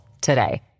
today